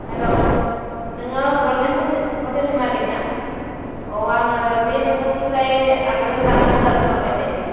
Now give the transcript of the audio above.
hello नोङो गल्देन हटेलनि मालिक ना औ आङो बे नोंथांनिफ्राय आगोलाव जानाय अर्दार खालामबाय थायोमोन